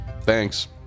thanks